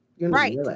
right